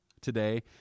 today